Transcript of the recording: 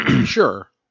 sure